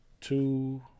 two